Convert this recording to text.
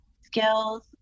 skills